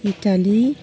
Italy